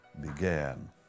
began